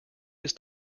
his